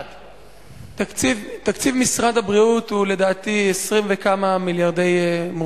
תקציב משרד הבריאות הוא לדעתי 20 וכמה מיליארדי,